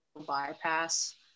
bypass